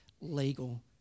legal